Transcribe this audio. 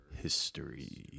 history